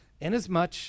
Inasmuch